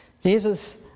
Jesus